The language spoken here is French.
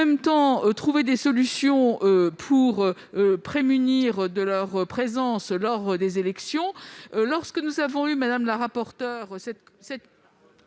et trouver des solutions pour se prémunir de leur présence lors des élections.